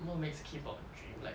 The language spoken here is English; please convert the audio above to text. what makes K pop a dream like